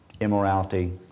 immorality